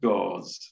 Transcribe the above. God's